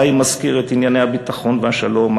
די אם אזכיר את ענייני הביטחון והשלום,